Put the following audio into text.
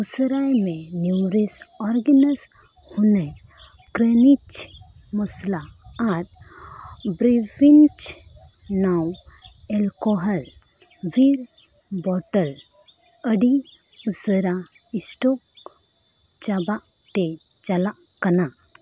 ᱩᱥᱟᱹᱨᱟᱭ ᱢᱮ Nourish Organics honey crunch muesli ᱟᱨ ᱵᱟᱨᱵᱤᱠᱮᱱ ᱱᱚᱱᱼᱮᱞᱠᱳᱦᱚᱞᱤᱠ ᱼ ᱵᱤᱭᱟᱨ ᱵᱚᱴᱚᱞ ᱟᱹᱰᱤ ᱩᱥᱟᱹᱨᱟ ᱥᱴᱚᱠ ᱪᱟᱵᱟᱜᱛᱮ ᱪᱟᱞᱟᱜ ᱠᱟᱱᱟ